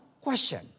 question